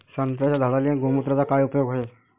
संत्र्याच्या झाडांले गोमूत्राचा काय उपयोग हाये?